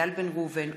איל בן ראובן,